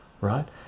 right